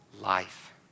life